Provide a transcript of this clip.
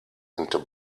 into